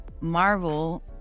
Marvel